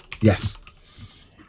yes